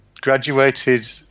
graduated